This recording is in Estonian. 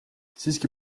siiski